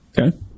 Okay